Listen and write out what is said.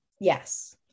Yes